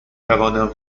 توانم